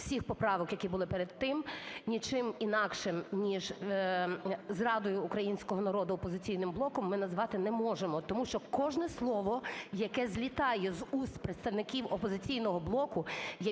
всіх поправок, які були перед тим, ні чим інакшим, ніж зрадою українського народу "Опозиційним блоком" ми назвати не можемо. Тому що кожне слово, яке злітає з уст представників "Опозиційного блоку",